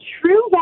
true